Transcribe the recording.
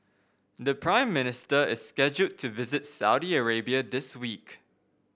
the Prime Minister is scheduled to visit Saudi Arabia this week